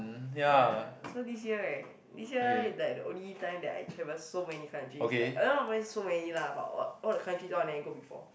ya so this year right this year is like the only time that I travel so many countries like uh not many so many lah but all all the countries all I never go before